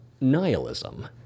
nihilism